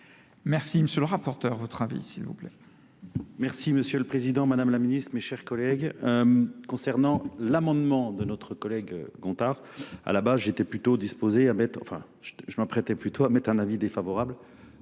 Merci Monsieur le rapporteur. Votre avis s'il vous plaît.